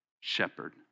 shepherd